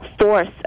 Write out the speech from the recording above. force